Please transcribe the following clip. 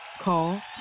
Call